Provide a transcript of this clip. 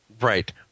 Right